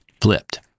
flipped